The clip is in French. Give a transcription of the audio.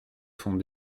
font